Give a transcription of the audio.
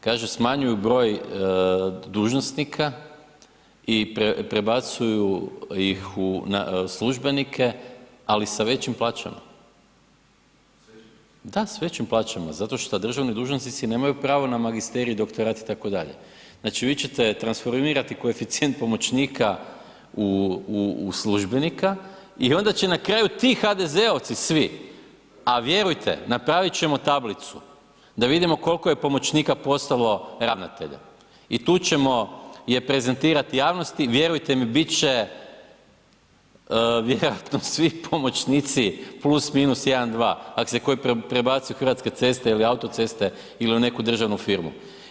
Kaže smanjuju broj dužnosnika i prebacuju ih u službenike ali sa većim plaćama, da, s većim plaćama zato što državni dužnosnici nemaju pravo na magisterij, doktorat itd., znači vi ćete transformirati koeficijent pomoćnika u službenika i onda će na kraju ti HDZ-ovci svi, a vjerujte napravit ćemo tablicu da vidimo koliko je pomoćnika postalo ravnateljem i tu ćemo je prezentirati javnosti, vjerujte mi bit će vjerojatno svi pomoćnici plus, minus jedan, dva, ak se koji prebaci u Hrvatske ceste ili autoceste ili u neku državnu firmu.